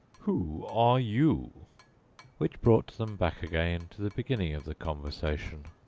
who are you which brought them back again to the beginning of the conversation.